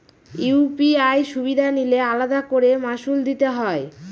UPI সুবিধা নিলে আলাদা করে মাসুল দিতে হয়?